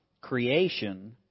creation